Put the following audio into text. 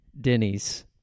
Denny's